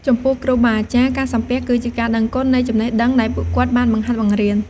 ចំពោះគ្រូបាអាចារ្យ ការសំពះគឺជាការដឹងគុណនៃចំណេះដឹងដែលពួកគាត់បានបង្ហាត់បង្រៀន។